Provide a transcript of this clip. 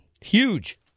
Huge